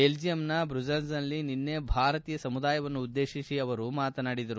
ಬೆಲ್ಲಿಯಂನ ಬ್ರುಸ್ಲೆಲ್ನಲ್ಲಿ ನಿನ್ನೆ ಭಾರತೀಯ ಸಮುದಾಯವನ್ನು ಉದ್ದೇಶಿಸಿ ಅವರು ಮಾತನಾಡಿದರು